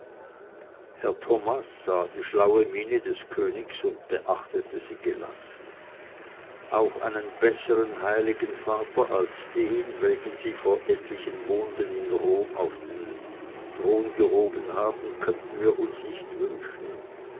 herr thomas sah die schlaue miene des königs und beobachtete sie gelassen auch einen besseren heiligen vater als den welchen sie vor etlichen monden in rom auf den thron gehoben haben könnten wir uns nicht wünschen